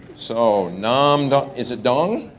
so nam dang, is it dang?